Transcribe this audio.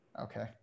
Okay